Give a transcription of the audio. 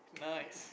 nice